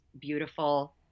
beautiful